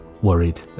worried